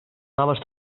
noves